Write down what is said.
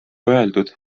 öeldud